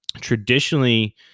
traditionally